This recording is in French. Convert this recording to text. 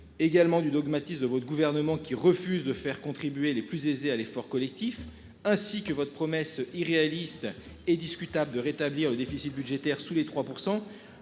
Également du dogmatisme de votre gouvernement qui refuse de faire contribuer les plus aisés à l'effort collectif ainsi que votre promesse irréaliste et discutable de rétablir le déficit budgétaire sous les 3%